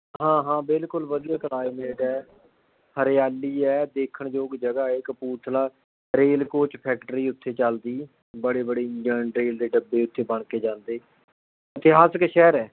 ਹਾਂ ਹਾਂ ਬਿਲਕੁਲ ਵਧੀਆ ਕਲਾਈਮੇਟ ਹੈ ਹਰਿਆਲੀ ਹੈ ਦੇਖਣ ਯੋਗ ਜਗ੍ਹਾ ਹੈ ਕਪੂਰਥਲਾ ਰੇਲ ਕੋਚ ਫੈਕਟਰੀ ਉੱਥੇ ਚੱਲਦੀ ਬੜੇ ਬੜੇ ਇੰਜਣ ਰੇਲ ਦੇ ਡੱਬੇ ਉੱਥੇ ਬਣ ਕੇ ਜਾਂਦੇ ਇਤਿਹਾਸਕ ਸ਼ਹਿਰ ਹੈ